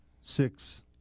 six